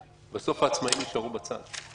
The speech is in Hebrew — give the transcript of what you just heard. בסוף העצמאיים יישארו בצד.